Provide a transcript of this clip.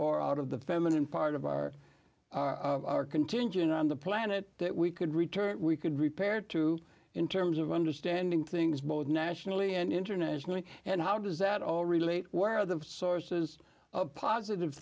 or out of the feminine part of our contingent on the planet that we could return we could repair to in terms of understanding things both nationally and internationally and how does that all relate where the sources of positive